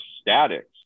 statics